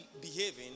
behaving